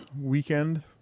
weekend